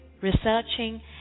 researching